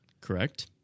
Correct